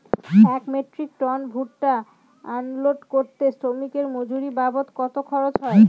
এক metric ton ভুট্টা unload করতে শ্রমিকের মজুরি বাবদ কত খরচ হয়?